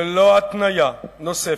ללא התניה נוספת,